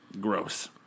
Gross